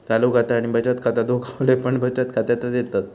चालू खाता आणि बचत खाता दोघवले पण बचत खात्यातच येतत